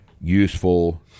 useful